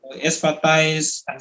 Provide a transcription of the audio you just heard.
expertise